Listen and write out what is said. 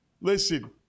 listen